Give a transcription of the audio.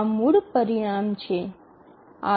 આ મૂળ પરિણામ છે